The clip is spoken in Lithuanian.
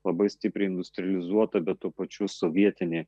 labai stipriai industrializuota bet tuo pačiu sovietinį